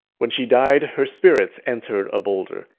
when she died, her spirit entered a boulder.